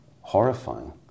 horrifying